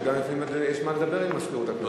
שגם לפעמים יש מה לדבר עם מזכירות הכנסת.